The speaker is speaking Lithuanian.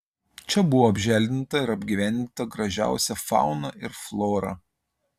čia buvo apželdinta ir apgyvendinta gražiausia fauna ir flora